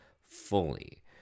fully